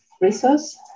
Resource